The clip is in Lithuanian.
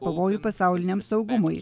pavojų pasauliniam saugumui